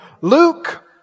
Luke